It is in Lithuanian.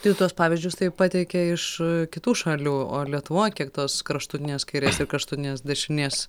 tai tu tuos pavyzdžius tai pateikei iš kitų šalių o lietuvoj kiek tos kraštutinės kairės ir kraštutinės dešinės